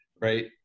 right